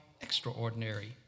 extraordinary